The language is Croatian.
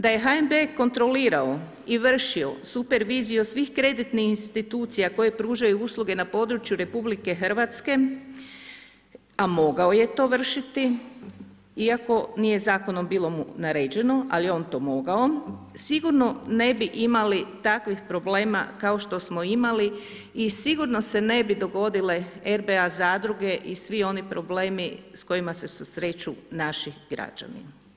Da je HNB kontrolirao i vršio superviziju svih kreditnih institucija koje pružaju usluge na području RH, a mogao je to vršiti iako nije zakonom bilo mu naređeno ali je on to mogao, sigurno ne bi imali takvih problema kao što smo imali i sigurno se ne bi dogodile RBA zadruge i svi oni problemi s kojima se susreću naši građani.